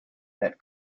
that